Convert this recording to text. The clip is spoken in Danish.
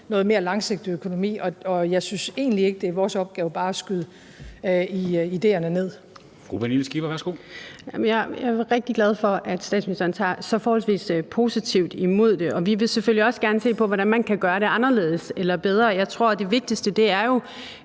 noget mere langsigtet økonomi. Og jeg synes egentlig ikke, det er vores opgave bare at skyde ideerne ned. Kl. 13:44 Formanden (Henrik Dam Kristensen): Fru Pernille Skipper, værsgo. Kl. 13:44 Pernille Skipper (EL): Jeg er rigtig glad for, at statsministeren tager så forholdsvis positivt imod det, og vi vil selvfølgelig også gerne se på, hvordan man kan gøre det anderledes eller bedre. Jeg tror, det vigtigste jo er,